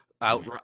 out